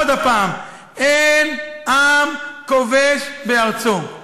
עוד פעם: אין עם כובש בארצו.